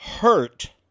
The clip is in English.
hurt